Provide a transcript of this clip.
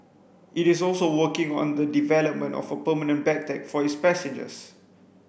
it is also working on the development of a permanent bag tag for its passengers